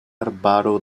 arbaro